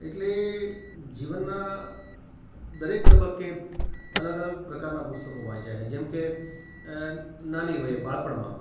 એટલે જીવનનાં દરેક તબક્કે અલગ અલગ પ્રકારના પુસ્તકો વાંચ્યા છે જેમ કે નાની વયે બાળપણમાં